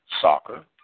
soccer